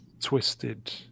twisted